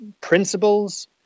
principles